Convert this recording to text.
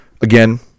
again